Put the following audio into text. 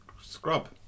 scrub